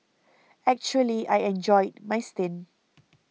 actually I enjoyed my stint